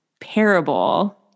parable